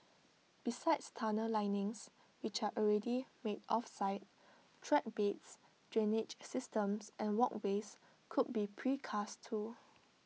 besides tunnel linings which are already made off site track beds drainage systems and walkways could be precast too